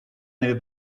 nelle